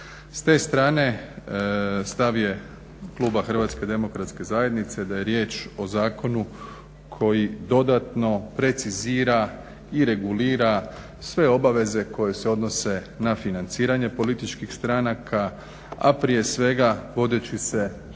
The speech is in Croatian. S te strane stav je kluba HDZ-a da je riječ o zakonu koji dodatni precizira i regulira sve obaveze koje se odnose na financiranje političkih stranaka a prije svega vodeći se